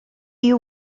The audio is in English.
you